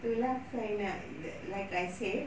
itu lah saya nak like I said